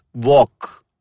walk